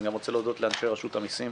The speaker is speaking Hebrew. אני גם רוצה להודות לאנשי רשות המיסים